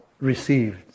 received